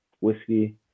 whiskey